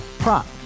Prop